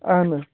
اَہَن حظ